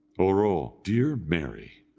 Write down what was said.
oro! dear mary!